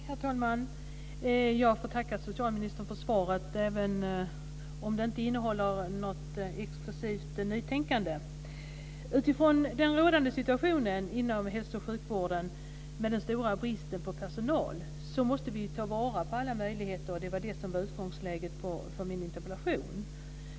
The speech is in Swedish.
Herr talman! Jag får tacka socialministern för svaret, även om det inte innehåller något exklusivt nytänkande. Utifrån den rådande situationen inom hälso och sjukvården, med den stora bristen på personal, måste vi ta vara på alla möjligheter, och det var utgångsläget för min interpellation.